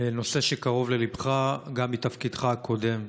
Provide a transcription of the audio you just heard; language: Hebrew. בנושא שקרוב לליבך גם מתפקידך הקודם.